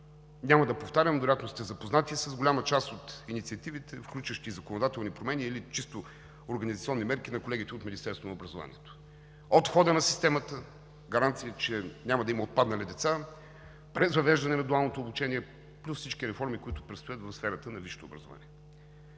Няма да повтарям, вероятно сте запознати с голяма част от инициативите, включващи законодателни промени или чисто организационни мерки на колегите от Министерството на образованието – от входа на системата, гаранция, че няма да има отпаднали деца, през въвеждане на дуалното обучение плюс всички реформи, които предстоят в сферата на висшето образование.